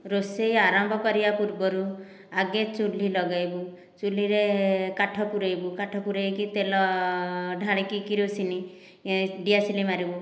ରୋଷେଇ ଆରମ୍ଭ କରିବା ପୂର୍ବରୁ ଆଗେ ଚୁଲ୍ଲୀ ଲଗାଇବୁ ଚୁଲ୍ଲୀରେ କାଠ ପୂରାଇବୁ କାଠ ପୂରାଇକି ତେଲ ଢ଼ାଲିକି କିରୋସିନ ଦିଆସିଲି ମାରିବୁ